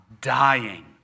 dying